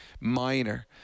minor